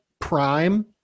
prime